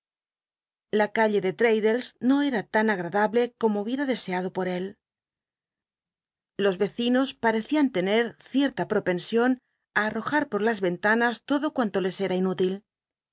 la calle de l'raddles no era tan agradable como or él hubiera deseado por él los vecinos parecían tener cierta propcn ion i utoja r por las ventanas todo cuanto les era inútil